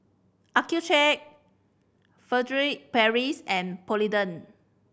Accucheck Furtere Paris and Polident